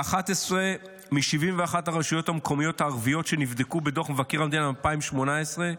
ב-11 מ-71 הרשויות המקומיות הערביות שנבדקו בדוח מבקר המדינה ב-2018,